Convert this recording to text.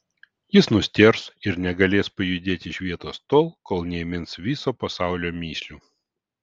jis nustėrs ir negalės pajudėti iš vietos tol kol neįmins viso pasaulio mįslių